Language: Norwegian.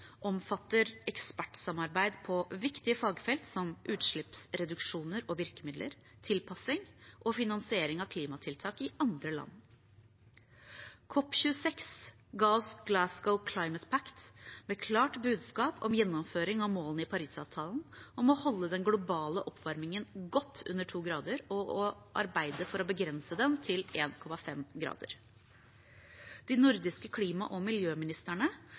omfatter ekspertsamarbeid på viktige fagfelt som utslippsreduksjoner og virkemidler, tilpasning og finansiering av klimatiltak i andre land. COP26 ga oss Glasgow Climate Pact, med et klart budskap om gjennomføring av målene i Parisavtalen om å holde den globale oppvarmingen godt under 2 grader og arbeide for å begrense den til 1,5 grader. De nordiske klima- og